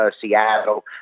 Seattle